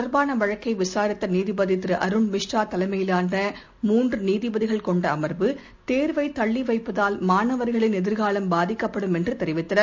தொடர்பானவழக்கைவிசாரித்தநீதிபதிதிருஅருண்மிஸ்ரா தலைமையிலான மூன்றுநீதிபதிகள் இச கொண்டஅம்வு தேர்வைதள்ளிவைப்பதால் மாணவர்களின் எதிர்காலம் பாதிக்கப்படும் என்றுதெரிவித்தனர்